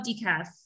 decaf